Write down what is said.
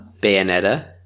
Bayonetta